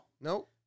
Nope